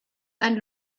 ein